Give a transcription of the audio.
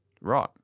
Right